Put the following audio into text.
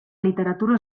literatura